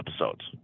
episodes